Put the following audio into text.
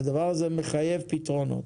הדבר הזה מחייב פתרונות.